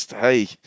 Hey